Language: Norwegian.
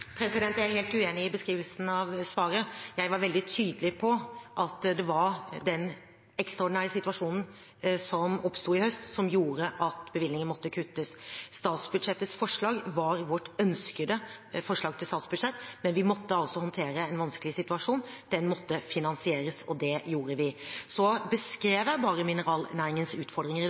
Jeg er helt uenig i beskrivelsen av svaret. Jeg var veldig tydelig på at det var den ekstraordinære situasjonen som oppsto i høst, som gjorde at bevilgningen måtte kuttes. Statsbudsjettets forslag var vårt ønskede forslag til statsbudsjett, men vi måtte altså håndtere en vanskelig situasjon, den måtte finansieres og det gjorde vi. Så beskrev jeg bare mineralnæringens utfordringer i